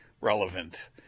relevant